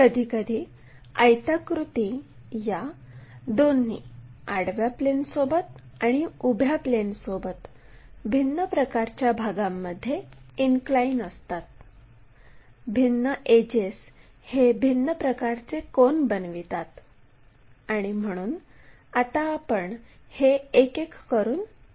कधीकधी आयताकृती या दोन्ही आडव्या प्लेनसोबत आणि उभ्या प्लेनसोबत भिन्न प्रकारच्या भागांमध्ये इनक्लाइन असतात भिन्न एजेस हे भिन्न प्रकारचे कोन बनवितात आणि म्हणून आता आपण हे एक एक करून काढू